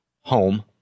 home